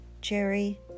Jerry